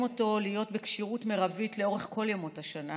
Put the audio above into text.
אותו להיות בכשירות מרבית לאורך כל ימות השנה